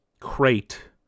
crate